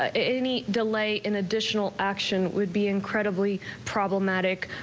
any delay in additional action would be incredibly problematic.